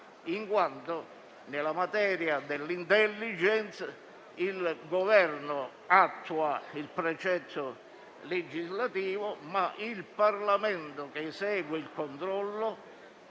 in quanto nella materia dell'*intelligence* il Governo attua il precetto legislativo, ma il Parlamento, che esegue il controllo,